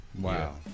Wow